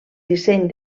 disseny